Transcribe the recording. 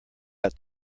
out